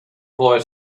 boy